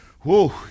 Whoa